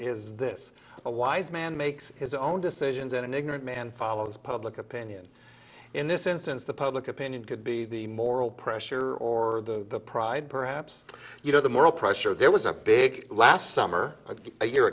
is this a wise man makes his own decisions in an ignorant man follows public opinion in this instance the public opinion could be the moral pressure or the pride perhaps you know the moral pressure there was a big last summer a year